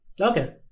Okay